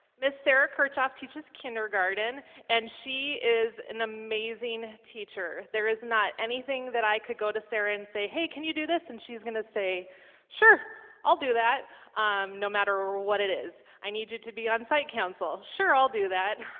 miss sara kirchhoff teaches kindergarten and she is an amazing teacher there is not anything that i could go to sara and say hey can you do this and she's gonna say sure i'll do that no matter what it is. i need you to be on-site counsel. sure. i'll do that.